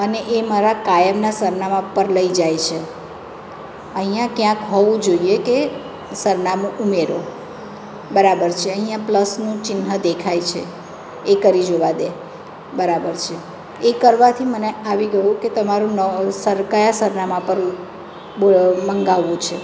અને એ મારા કાયમના સરનામા પર લઈ જાય છે અહીંયાં ક્યાંક હોવું જોઈએ કે સરનામું ઉમેરો બરાબર છે અહીંયાં પ્લસનું ચિહ્ન દેખાય છે એ કરી જોવા દે બરાબર છે એ કરવાથી મને આવી ગયું કે તમારું ન સર કયા સરનામા પર બ મંગાવવું છે